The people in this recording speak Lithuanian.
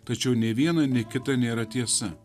tačiau nei viena nei kita nėra tiesa